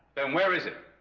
then where is it?